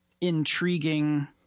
intriguing